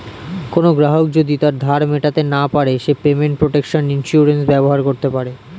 কোনো গ্রাহক যদি তার ধার মেটাতে না পারে সে পেমেন্ট প্রটেকশন ইন্সুরেন্স ব্যবহার করতে পারে